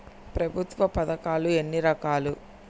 ప్రభుత్వ పథకాలు ఎన్ని రకాలు?